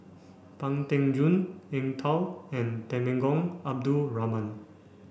Pang Teck Joon Eng Tow and Temenggong Abdul Rahman